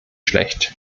schlecht